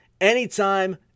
anytime